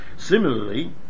Similarly